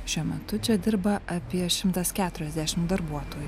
šiuo metu čia dirba apie šimtas keturiasdešim darbuotojų